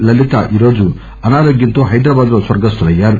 లలీత ఈరోజు అనారోగ్యంతో హైదరాబాద్ లో స్వర్గస్తులయ్యారు